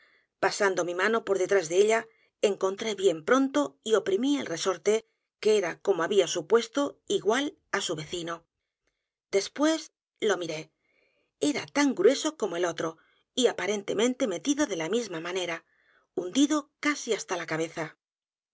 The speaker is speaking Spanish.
pasando mi mano por detrás de ella encontré bien pronto y oprimí el resorte que era como había supuesto igual á su vecino después lo miré e r a tan grueso como el otro y aparentemente metido d e la misma manera hundido casi h a s t a la cabeza